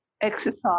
exercise